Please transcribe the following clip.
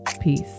peace